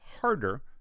harder